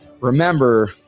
remember